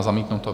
Zamítnuto.